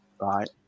right